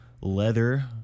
leather